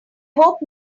hope